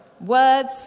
words